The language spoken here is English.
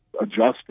adjusting